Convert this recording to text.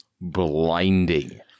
blinding